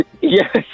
yes